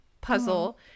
puzzle